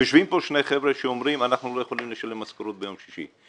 יושבים כאן שני חבר'ה שאומרים שהם לא יכולים לשלם משכורות ביום שישי.